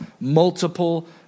multiple